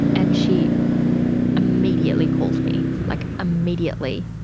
and she immediately called me. like, immediately.